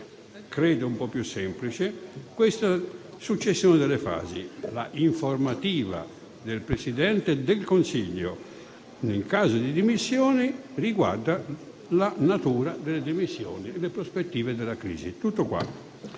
credo un po' più semplice, questa successione delle fasi: l'informativa del Presidente del Consiglio, nel caso di dimissioni, riguarda la natura delle dimissioni e le prospettive della crisi. Tutto qua.